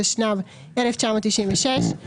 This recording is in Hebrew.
התשנ"ו 1996,